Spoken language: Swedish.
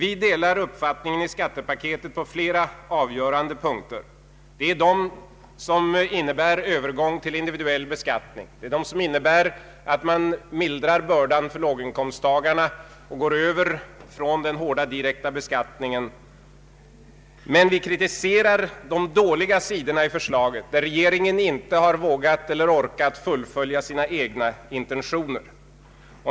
Vi delar den uppfattning som framförs i skattepaketet på flera avgörande punkter. Jag avser de punkter som innebär övergång till individuell beskattning, de som innebär att man mildrar bördan för låginkomsttagarna och går över från den hårda direkta beskattningen. Vi kritiserar emellertid de dåliga sidorna i förslaget, där regeringen inte vågat eller orkat fullfölja sina egna intentioner.